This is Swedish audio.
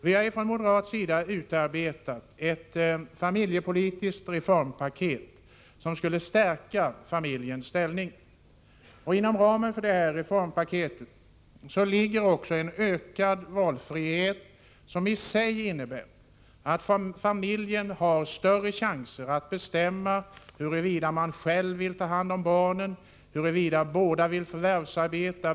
Vi från moderat sida har utarbetat ett familjepolitiskt reformpaket som skulle stärka familjens ställning. Inom ramen för detta reformpaket föreslås också en ökad valfrihet, som i sig innebär att familjen får större chanser att bestämma huruvida man själv vill ta hand om barnen, huruvida båda makar vill förvärvsarbeta.